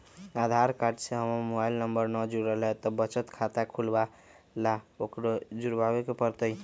आधार card से हमर mobile number न जुरल है त बचत खाता खुलवा ला उकरो जुड़बे के पड़तई?